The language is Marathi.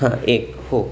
हां एक हो